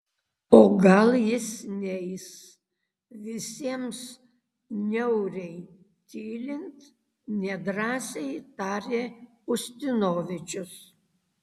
o gal jis neis visiems niauriai tylint nedrąsiai tarė ustinovičius